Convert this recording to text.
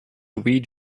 weed